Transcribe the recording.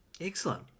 Excellent